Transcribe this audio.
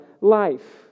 life